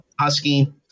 Husky